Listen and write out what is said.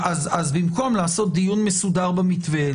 אז במקום לעשות דיון מסודר במתווה,